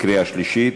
קריאה שלישית.